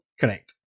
Correct